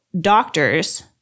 doctors